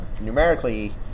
numerically